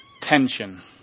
tension